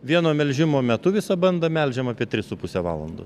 vieno melžimo metu visą bandą melžiam apie tris su puse valandos